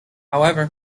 however